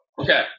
Okay